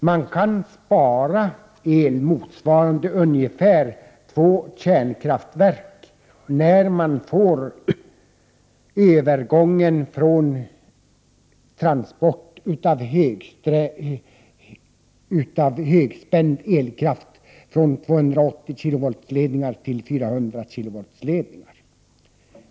Man kan spara el motsvarande ungefär två kärnkraftverk, om man vid transport av högspänd elkraft övergår från 280-kilovoltsledningar till 400 kilovoltsledningar.